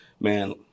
man